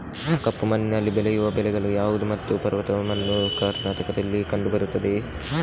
ಕಪ್ಪು ಮಣ್ಣಿನಲ್ಲಿ ಬೆಳೆಯುವ ಬೆಳೆಗಳು ಯಾವುದು ಮತ್ತು ಪರ್ವತ ಮಣ್ಣು ಕರ್ನಾಟಕದಲ್ಲಿ ಕಂಡುಬರುತ್ತದೆಯೇ?